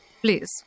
Please